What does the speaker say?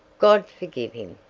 god forgive him!